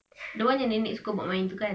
the one yang nenek suka main itu kan